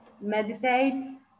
meditate